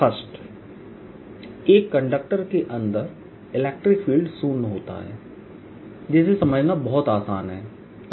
1 एक कंडक्टर के अंदर इलेक्ट्रिक फील्ड शून्य होता है जिसे समझना बहुत आसान है